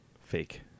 fake